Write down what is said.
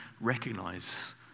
recognize